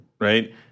right